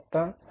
आवश्यकता